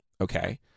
okay